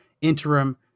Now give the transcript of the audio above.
interim